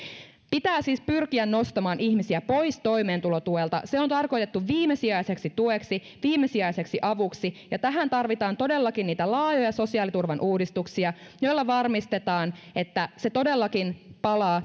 pitää siis pyrkiä nostamaan ihmisiä pois toimeentulotuelta se on tarkoitettu viimesijaiseksi tueksi viimesijaiseksi avuksi ja tähän tarvitaan todellakin niitä laajoja sosiaaliturvan uudistuksia joilla varmistetaan että se toimeentulotuki todellakin palaa